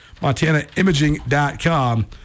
MontanaImaging.com